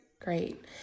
Great